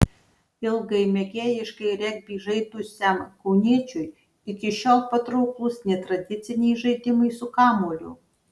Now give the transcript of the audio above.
ilgai mėgėjiškai regbį žaidusiam kauniečiui iki šiol patrauklūs netradiciniai žaidimai su kamuoliu